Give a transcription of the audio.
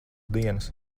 dienas